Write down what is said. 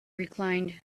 reclined